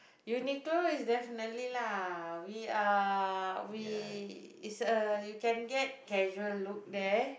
Uniqlo is definitely lah we are we is a you can get casual look there